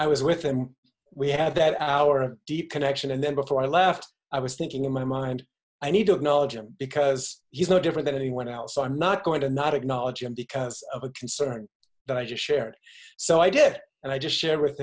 i was with him we had that our deep connection and then before i left i was thinking in my mind i need to acknowledge him because he's no different than anyone else so i'm not going to not acknowledge him because of a concern that i just shared so i did and i just shared with